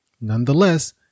Nonetheless